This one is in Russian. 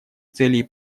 целей